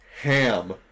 ham